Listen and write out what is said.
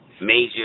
major